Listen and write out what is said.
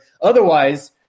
otherwise